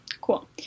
cool